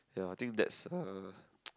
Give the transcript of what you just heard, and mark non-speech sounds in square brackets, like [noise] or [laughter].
ya I think that's uh [noise]